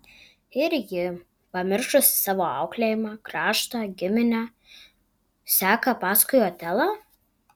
ir ji pamiršusi savo auklėjimą kraštą giminę seka paskui otelą